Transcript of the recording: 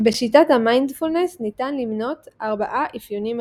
בשיטת המיינדפולנס ניתן למנות ארבעה אפיונים מרכזיים